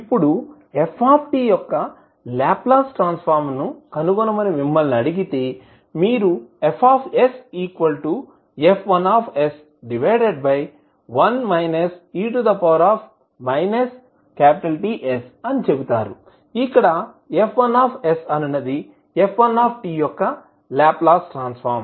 ఇప్పుడు ftయొక్క Laplace transform ను కనుగొనమని మిమ్మల్ని అడిగితే మీరు FsF11 e Ts అని చెబుతారు ఇక్కడF1 అనునది F1యొక్క లాప్లాస్ ట్రాన్స్ ఫార్మ్